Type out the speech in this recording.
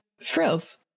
frills